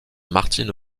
martine